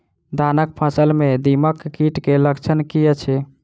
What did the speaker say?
धानक फसल मे दीमक कीट केँ लक्षण की अछि?